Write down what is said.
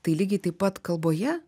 tai lygiai taip pat kalboje